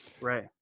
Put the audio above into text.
Right